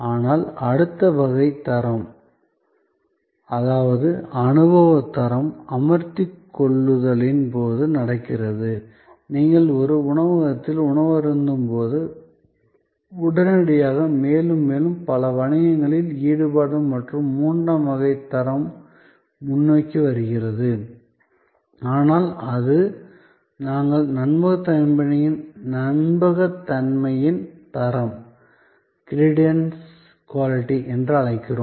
ஆனால் அடுத்த வகை தரம் அதாவது அனுபவத் தரம் அமர்த்திக் கொள்ளுதலின் போது நடக்கிறது நீங்கள் ஒரு உணவகத்தில் உணவருந்தும்போது உடனடியாக மேலும் மேலும் பல வணிகங்களில் ஈடுபாடு மற்றும் மூன்றாம் வகை தரம் முன்னோக்கி வருகிறது ஆனால் அது நாங்கள் நம்பகத்தன்மையின் தரம் என்று அழைக்கிறோம்